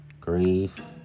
grief